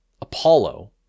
Apollo